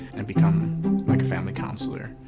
and become like a family counselor.